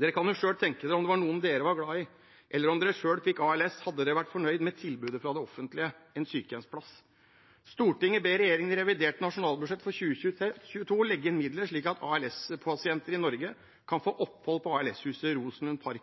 Man kan jo selv tenke seg, om det var noen man var glad i, eller om man selv fikk ALS: Hadde man vært fornøyd med tilbudet fra det offentlige – en sykehjemsplass? Dette er forslaget: «Stortinget ber regjeringen i revidert nasjonalbudsjett for 2022 legge inn midler slik at ALS-pasienter i Norge kan få opphold på